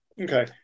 Okay